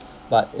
but